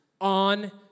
on